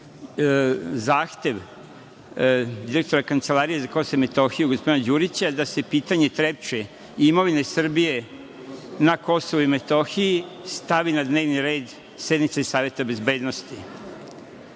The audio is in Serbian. zahtev direktora Kancelarije za Kosovo i Metohiju, gospodina Đurića, da se pitanje Trepče i imovine Srbije na Kosovu i Metohiji stavi na dnevni red sednice Saveta bezbednosti? Mi